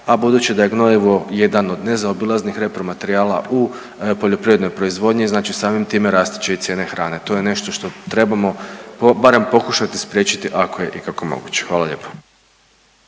a budući da je gnojivo jedan od nezaobilaznih repromaterijala u poljoprivrednoj proizvodnji znači samim time rasti će i cijene hrane. To je nešto što trebamo barem pokušati spriječiti ako je ikako moguće. Hvala lijepo.